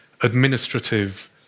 administrative